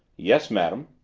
yes, madam.